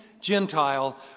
Gentile